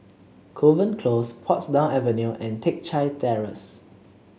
Kovan Close Portsdown Avenue and Teck Chye Terrace